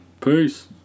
Peace